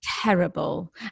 terrible